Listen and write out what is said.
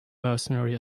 mercenary